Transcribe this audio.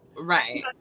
right